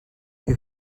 who